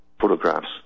photographs